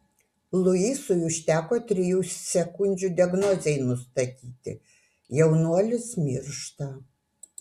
luisui užteko trijų sekundžių diagnozei nustatyti jaunuolis miršta